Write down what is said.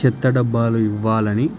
చెత్త డబ్బాలు ఇవ్వాలని